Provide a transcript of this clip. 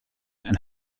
and